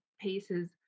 pieces